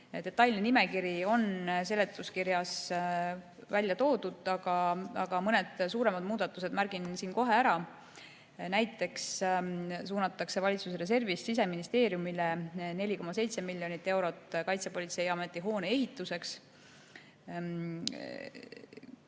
Detailne nimekiri on seletuskirjas välja toodud, aga mõned suuremad muudatused märgin siin kohe ära. Näiteks suunatakse valitsuse reservist Siseministeeriumile 4,7 miljonit eurot Kaitsepolitseiameti hoone ehituseks